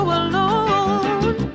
alone